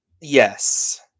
Yes